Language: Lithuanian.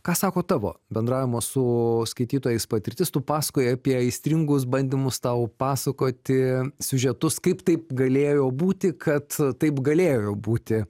ką sako tavo bendravimo su skaitytojais patirtis tu pasakojai apie aistringus bandymus tau pasakoti siužetus kaip taip galėjo būti kad taip galėjo būti